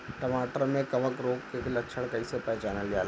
टमाटर मे कवक रोग के लक्षण कइसे पहचानल जाला?